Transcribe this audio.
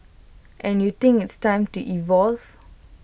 and you think it's time to evolve